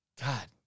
God